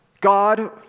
God